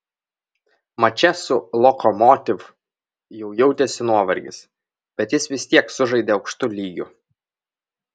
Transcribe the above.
mače su lokomotiv jau jautėsi nuovargis bet jis vis tiek sužaidė aukštu lygiu